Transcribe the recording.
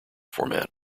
format